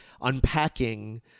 unpacking